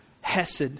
Hesed